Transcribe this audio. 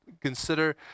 consider